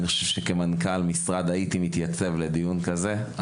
אני חושב שכמנכ״ל משרד הייתי מתייצב לדיון כזה,